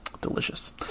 Delicious